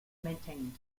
maintained